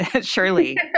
surely